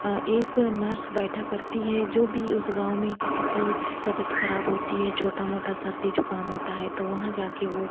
एक नर्स बैठा करती है जो भी उस गाँव में किसी की तबियत ख़राब होती है छोटा मोटा सर्दी जुकाम होता है तो वहाँ जाकर वह